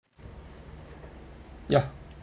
ya